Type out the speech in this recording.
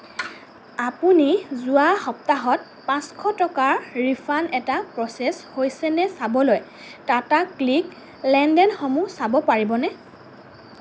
আপুনি যোৱা সপ্তাহত পাঁচশ টকাৰ ৰিফাণ্ড এটা প্ৰ'চেছ হৈছেনে চাবলৈ টাটাক্লিক লেনদেনসমূহ চাব পাৰিবনে